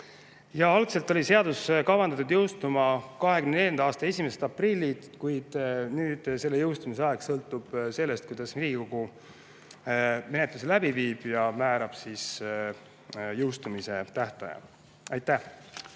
Algselt oli seadus kavandatud jõustuma 2024. aasta 1. aprillil, kuid nüüd selle jõustumisaeg sõltub sellest, kuidas Riigikogu menetlust läbi viib ja määrab jõustumise tähtaja. Aitäh!